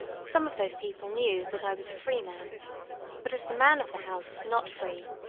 some of those people knew that i was a free man but, as the man of the house was not free,